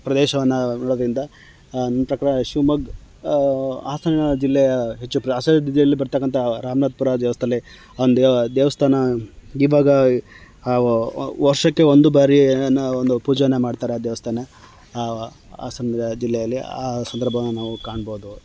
ಪ್ರದೇಶವನ್ನು ನೋಡೋದರಿಂದ ನನ್ನ ಪ್ರಕಾರ ಶಿವ್ಮೊಗ್ಗ ಹಾಸನ ಜಿಲ್ಲೆಯ ಹೆಚ್ಚು ಹಾಸನ ಜಿಲ್ಲೆಯಲ್ಲಿ ಬರ್ತಕ್ಕಂಥ ರಾಮನಾಪುರ ದೇವಸ್ಥಾನ್ದಲ್ಲಿ ಒಂದು ದೇವಸ್ಥಾನ ಇವಾಗ ವರ್ಷಕ್ಕೆ ಒಂದು ಬಾರಿ ನಾವು ಒಂದು ಪೂಜೆಯನ್ನು ಮಾಡ್ತಾರೆ ಆ ದೇವಸ್ಥಾನ ಹಾಸನ ಜಿಲ್ಲೆಯಲ್ಲಿ ಆ ಸಂದರ್ಭವನ್ನು ನಾವು ಕಾಣ್ಬೋದು